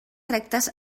rectes